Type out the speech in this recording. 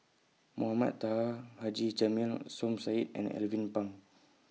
Mohamed Taha Haji Jamil Som Said and Alvin Pang